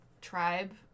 tribe